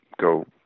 go